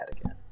again